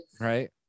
right